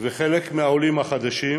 וחלק מהעולים החדשים